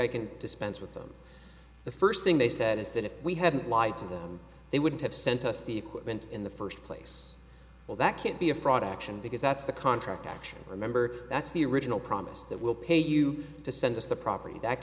i can dispense with them the first thing they said is that if we hadn't lied to them they wouldn't have sent us the equipment in the first place well that can't be a fraud action because that's the contract remember that's the original promise that we'll pay you to send us the property that